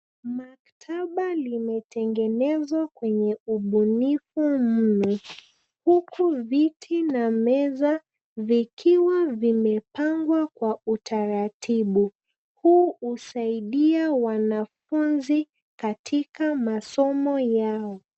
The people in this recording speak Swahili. Maktaba limetengenezwa kwenye ubunifu mwingi huku viti na meza vikiwa vimepangwa kwa utaratibu. Huu husaidia wanafunzi katika masomo yao.